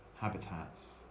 habitats